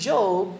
Job